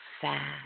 sad